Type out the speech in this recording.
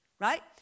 right